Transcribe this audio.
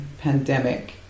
pandemic